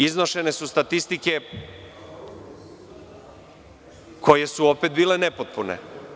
Iznošene su statistike koje su opet bile nepotpune.